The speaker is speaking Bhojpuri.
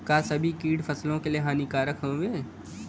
का सभी कीट फसलों के लिए हानिकारक हवें?